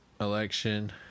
election